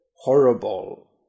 horrible